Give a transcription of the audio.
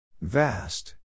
Vast